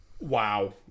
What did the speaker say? Wow